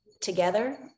together